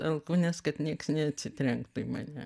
alkūnes kad nieks neatsitrenktų į mane